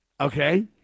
okay